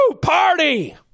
Party